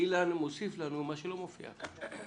אילן מוסיף לנו מה שלא מופיע כאן.